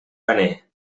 paner